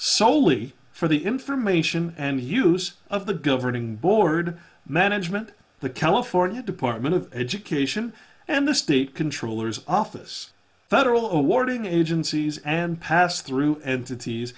solely for the information and use of the governing board management the california department of education and the state controller's office federal awarding agencies and passed through entities